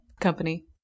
company